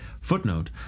Footnote